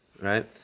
right